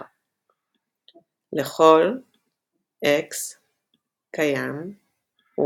R ∀ x ∃ y